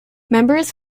members